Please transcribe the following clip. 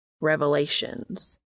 Revelations